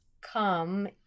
come